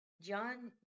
John